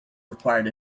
required